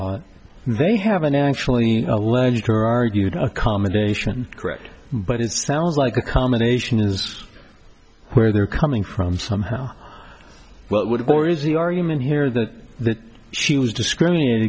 g they haven't actually alleged or argued accommodation correct but it sounds like a combination is where they're coming from some how well it would or is the argument here that that she was discriminated